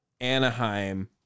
Anaheim